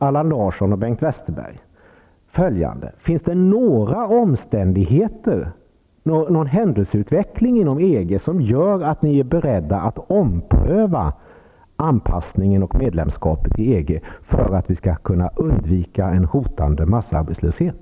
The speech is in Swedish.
Westerberg: Finns det några omständigheter, någon händelseutveckling inom EG, som gör att ni är beredda att ompröva anpassningen till och medlemskapet i EG, för att vi skall kunna undvika en hotande massarbetslöshet?